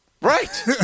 Right